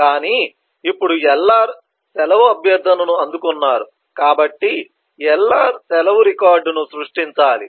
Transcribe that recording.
కానీ ఇప్పుడు LR సెలవు అభ్యర్థనను అందుకున్నారు కాబట్టి LR సెలవు రికార్డును సృష్టించాలి